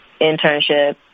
internship